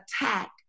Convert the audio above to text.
attack